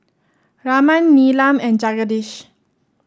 Raman Neelam and Jagadish